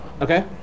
Okay